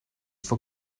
for